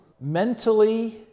mentally